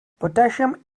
potassium